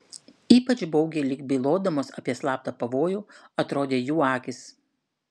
ypač baugiai lyg bylodamos apie slaptą pavojų atrodė jų akys